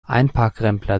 einparkrempler